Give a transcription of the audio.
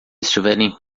estiverem